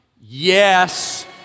Yes